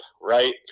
right